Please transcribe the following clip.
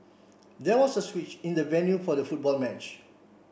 there was a switch in the venue for the football match